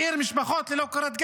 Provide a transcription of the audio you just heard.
איך להשאיר משפחות ללא קורת גג,